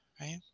right